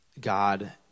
God